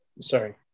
sorry